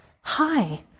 hi